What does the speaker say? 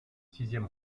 sixième